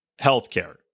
healthcare